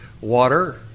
water